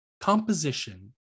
Composition